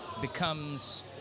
becomes